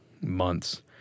months